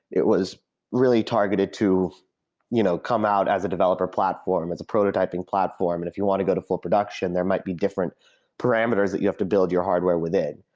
it was really targeted to you know come out as a developer platform, as a prototyping platform, and if you want to go to full production, there might be different parameters that you have to build your hardware with it.